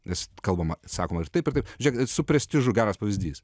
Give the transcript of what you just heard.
nes kalbama sakoma ir taip taip žiūrėkis su prestižu geras pavyzdys